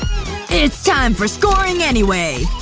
it's time for scoring anyway!